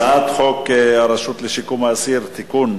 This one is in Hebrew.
הצעת חוק הרשות לשיקום האסיר (תיקון),